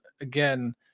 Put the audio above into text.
again